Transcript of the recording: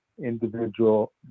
individual